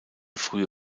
frühe